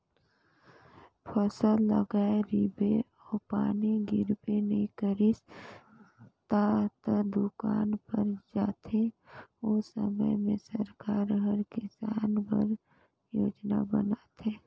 फसल लगाए रिबे अउ पानी गिरबे नी करिस ता त दुकाल पर जाथे ओ समे में सरकार हर किसान बर योजना बनाथे